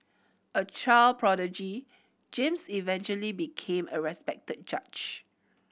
a child prodigy James eventually became a respected judge